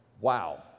Wow